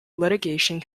litigation